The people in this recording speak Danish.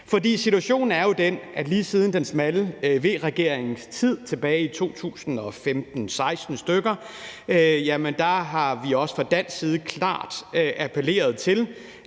For situationen er jo den, at lige siden den smalle V-regerings tid tilbage i 2015-2016 har vi også fra dansk side klart appelleret til,